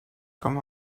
come